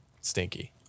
Stinky